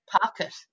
pocket